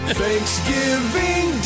Thanksgiving